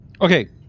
Okay